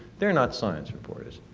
they are not science reporters.